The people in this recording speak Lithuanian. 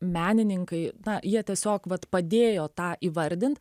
menininkai na jie tiesiog vat padėjo tą įvardint